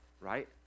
right